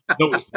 No